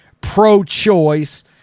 pro-choice